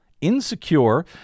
insecure